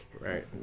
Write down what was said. Right